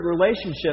relationship